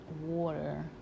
water